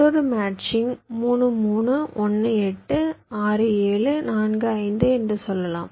மற்றொரு மேட்சிங் 3 3 1 8 6 7 4 5 என்று சொல்லலாம்